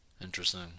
Interesting